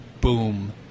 boom